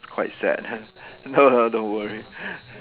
it's quite sad no no don't worry